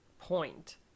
point